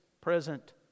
present